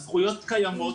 הזכויות קיימות,